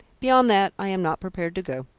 beyond that i am not prepared to go.